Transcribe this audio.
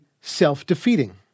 self-defeating